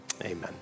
Amen